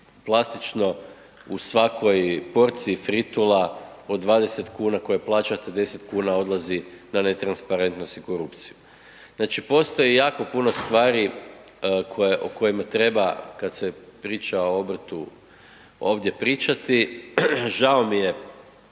plastično u svakoj porciji fritula od 20 kuna koju plaćate, 10 kuna odlazi na netransparentnost i korupciju. Znači postoji jako puno stvari o kojima treba, kad se priča o obrtu ovdje pričati. Žao mi je